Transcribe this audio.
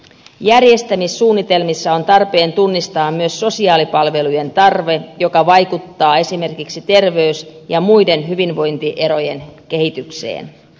järjestämissuunnitelmissa on tarpeen tunnistaa myös sosiaalipalvelujen tarve joka vaikuttaa esimerkiksi terveys ja muiden hyvinvointierojen kehitykseen